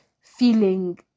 feeling